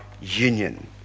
union